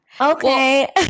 Okay